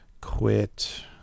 quit